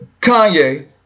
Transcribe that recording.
Kanye